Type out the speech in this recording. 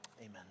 Amen